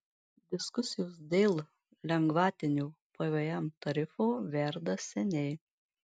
diskusijos dėl lengvatinio pvm tarifo verda seniai